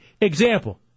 Example